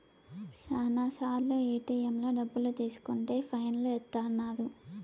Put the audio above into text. శ్యానా సార్లు ఏటిఎంలలో డబ్బులు తీసుకుంటే ఫైన్ లు ఏత్తన్నారు